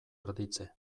erditze